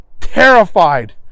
terrified